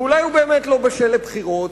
ואולי הוא באמת לא בשל לבחירות,